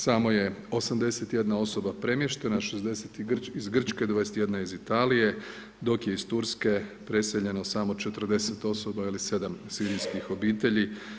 Samo je 81 osoba premještena, 60 iz Grčke, 21 iz Italije, dok je iz Turske preseljeno samo 40 osoba ili 7 sirijskih obitelji.